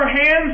hands